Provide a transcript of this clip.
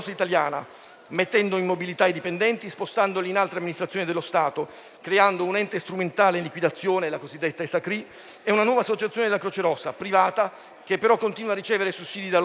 mettendo in mobilità i dipendenti e spostandoli in altre amministrazioni dello Stato, creando un ente strumentale in liquidazione (la cosiddetta Esacri) e una nuova associazione della Croce rossa italiana, privata, che però continua a ricevere sussidi dallo Stato.